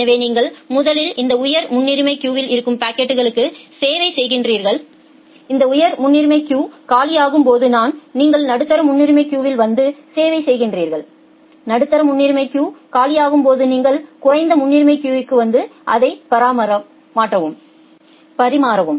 எனவே நீங்கள் முதலில் இந்த உயர் முன்னுரிமை கியூவில் இருக்கும் பாக்கெட்களுக்கு சேவை செய்கிறீர்கள் இந்த உயர் முன்னுரிமை கியூ காலியாகும்போது தான் நீங்கள் நடுத்தர முன்னுரிமை கியூவில் வந்து சேவை செய்கிறீர்கள் நடுத்தர முன்னுரிமை கியூ காலியாகும்போது நீங்கள் குறைந்த முன்னுரிமை கியூக்கு வந்து அதை பரிமாறவும்